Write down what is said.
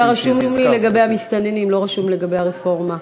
אתה רשום לגבי המסתננים, לא רשום לגבי הרפורמה.